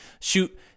shoot